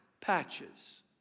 patches